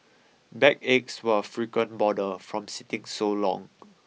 backaches were a frequent bother from sitting so long